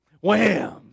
Wham